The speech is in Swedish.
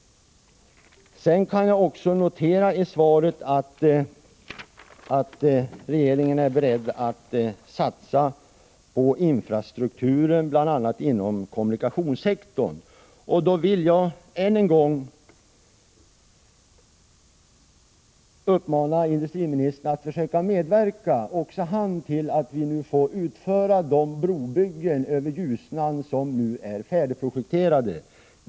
Jag kan också notera av svaret att regeringen är beredd att satsa på infrastrukturer, bl.a. inom kommunikationssektorn. Då vill jag än en gång uppmana industriministern att försöka medverka också han till att vi nu får utföra de brobyggen över Ljusnan som är färdigprojekterade.